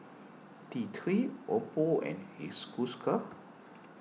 T three Oppo and he school scar